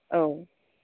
औ